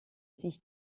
sich